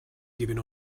giving